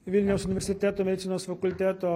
vilniaus universiteto medicinos fakulteto